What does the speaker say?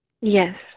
Yes